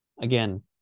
Again